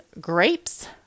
grapes